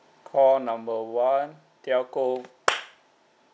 call number one telco